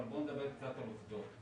אבל בואו נדבר קצת על עובדות.